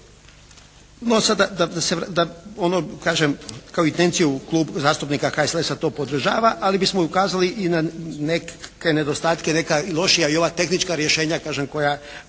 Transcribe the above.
u društvu. Ono kažem kao intencija u Klub zastupnika HSLS-a to podržava, ali bismo i ukazali i na nekakve nedostatke, neka lošija i ova tehnička rješenja kažem